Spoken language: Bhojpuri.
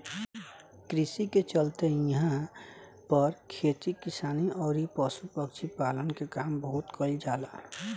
कृषि के चलते इहां पर खेती किसानी अउरी पशु पक्षी पालन के काम बहुत कईल जाला